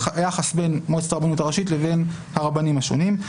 היחס בין מועצת הרבנות הראשית לבין הרבנים השונים.